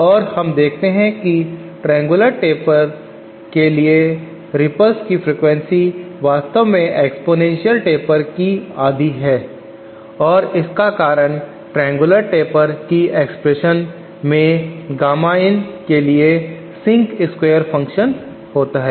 और हम देखते हैं कि ट्रायंगूलर टेपर के लिए रिपल्स की आवृत्ति फ्रीक्वेंसी वास्तव में एक्स्पोनेंशियल टेपर की आधी है और इसका कारण ट्रायंगूलर टेपर की एक्सप्रेशन में गामा in के लिए सिंक स्क्वायर फंक्शन होता है